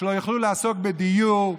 שלא יוכלו לעסוק בדיור,